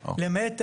למעט,